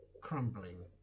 crumbling